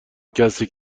کسی